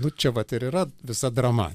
nu čia vat ir yra visa drama